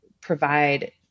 provide